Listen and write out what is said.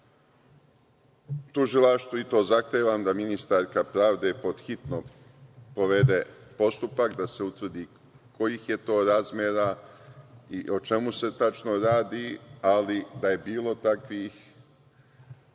Tužilaštvu i to zahtevam da ministarka pravde hitno povede postupak, da se utvrdi kojih je to razmera i o čemu se tačno radi. Ali, da je bilo takvih